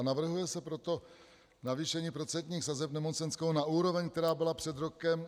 Navrhuje se proto navýšení procentních sazeb nemocenského na úroveň, která byla před rokem 2010.